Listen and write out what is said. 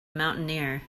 mountaineer